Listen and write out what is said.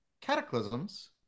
cataclysms